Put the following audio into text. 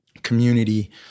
community